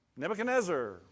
Nebuchadnezzar